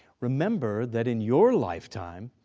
remember that in your lifetime,